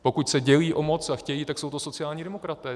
Pokud se dělí o moc a chtějí, tak jsou to sociální demokraté.